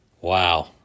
Wow